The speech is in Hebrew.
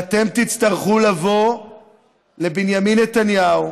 שאתם תצטרכו לבוא לבנימין נתניהו